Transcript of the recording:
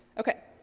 okay.